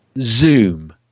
Zoom